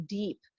deep